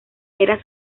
era